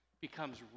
becomes